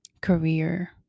career